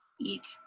eat